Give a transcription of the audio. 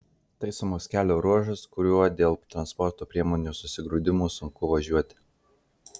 taisomas kelio ruožas kuriuo dėl transporto priemonių susigrūdimo sunku važiuoti